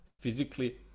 physically